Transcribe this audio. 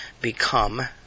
become